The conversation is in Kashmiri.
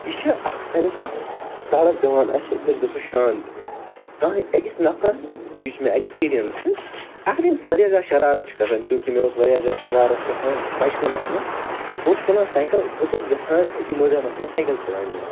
یہِ چھِ اَکھ سیٚنٕس اَکھ تڑپ دوان اسہِ أسۍ گَژھو شانت کانٛہہ أکِس نَفرَس یُس مےٚ ایٚکٕسپیٖریَنٕس چھِ اگر أمس واریاہ زیادٕ شرارت چھِ کھَسان چونٛکہ مےٚ اوس واریاہ زیادٕ شَرارت کھَسان بَچپَنَس مَنٛز بہٕ اوسُس تُلان سایکَل أسۍ ٲسۍ گَژھان أکہِ مٲدانَس مَنٛز سایکَل چَلاونہِ